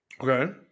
Okay